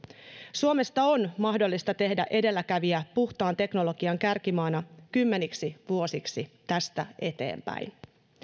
suomesta on mahdollista tehdä edelläkävijä puhtaan teknologian kärkimaana kymmeniksi vuosiksi tästä eteenpäin